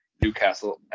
Newcastle